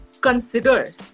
consider